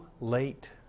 late